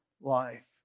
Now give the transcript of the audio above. life